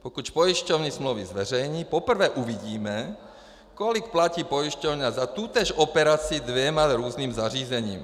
Pokud pojišťovny smlouvy zveřejní, poprvé uvidíme, kolik platí pojišťovna za tutéž operaci dvěma různým zařízením.